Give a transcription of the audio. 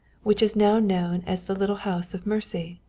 which is now known as the little house of mercy.